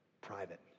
private